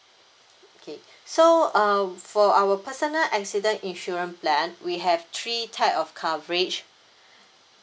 okay so uh for our personal accident insurance plan we have three type of coverage